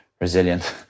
resilient